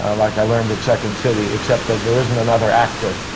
ah like i learned at second city, except that there isn't another actor.